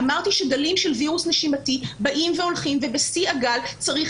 אמרתי שגלים של וירוס נשימתי באים והולכים ובשיא הגל צריך